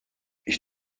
ich